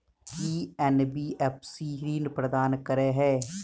की NBFC ऋण प्रदान करे है?